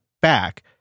back